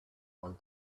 one